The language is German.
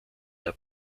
der